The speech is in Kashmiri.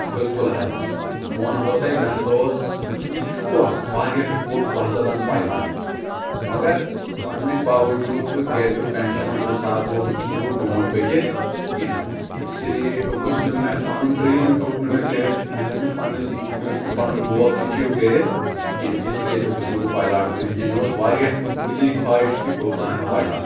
بالکُل حظ بہٕ ونہو تۄہہِ مےٚ ہسا اوس شوق واریاہ شوق بہٕ ہسا بنہٕ پایلاٹ مگر پرنٕکۍ باوجوٗد تہٕ گرکٮ۪و کنڈشنو حسابو ہیٚوکٕس نہٕ بہٕ برونٛٹھ پٔکِتھ کینٛہہ اسی لیے ہیٚوکُس نہٕ مےٚ پنُن ڈریٖم ہیوٚک نہٕ مےٚ کٔرِتھ مےٚ ہیوٚک نہٕ پننِس مےٚ ہیوٚک نہٕ پنُن گول ایٚچیٖو کٔرِتھ کینٛہہ اسی لیے ہیٚوکُس نہٕ بہٕ پایلاٹ بٔنِتھ کینٛہہ مےٚ اوس واریاہ دِلی خواہش کہِ بہٕ بنہٕ ہا پایلاٹ